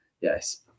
yes